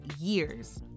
years